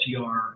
STR